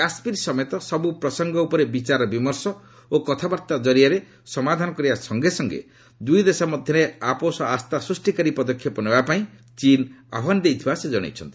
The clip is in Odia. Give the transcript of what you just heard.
କାଶ୍ମୀର ସମେତ ସବୁ ପ୍ରସଙ୍ଗ ଉପରେ ବିଚାର ବିମର୍ଷ ଓ କଥାବାର୍ତ୍ତା ଜରିଆରେ ସମାଧାନ କରିବା ସଙ୍ଗେ ସଙ୍ଗେ ଦୁଇଦେଶ ମଧ୍ୟରେ ଆପୋଷ ଆସ୍ଥା ସ୍ପଷ୍ଟିକାରୀ ପଦକ୍ଷେପ ନେବାପାଇଁ ଚୀନ୍ ଆହ୍ୱାନ ଦେଇଥିବା ସେ ଜଣେଇଛନ୍ତି